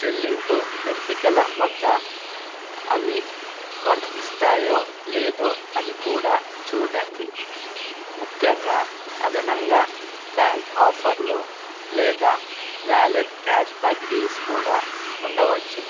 చెల్లింపు ఎంపికల వద్ద అవి వర్తిస్తాయో లేదో అని కూడా చూడండి ముఖ్యంగా అదనంగా బ్యాంక్ ఆఫర్లు లేదా వ్యాలిడ్ క్యాష్బ్యాక్ డీల్స్ కూడా ఉండవచ్చు